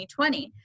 2020